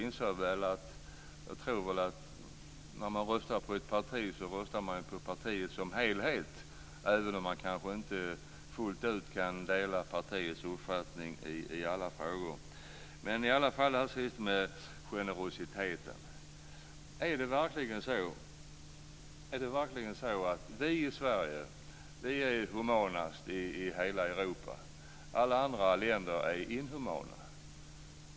När man röstar på ett parti så röstar man ju på ett parti som helhet, även om man kanske inte fullt ut kan dela partiets uppfattning i alla frågor. Beträffande generositeten undrar jag om det verkligen är så att vi i Sverige är humanast i hela Europa och om alla andra länder är inhumana.